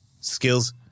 skills